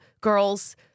girl's